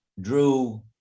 drew